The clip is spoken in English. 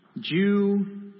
Jew